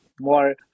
more